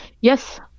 Yes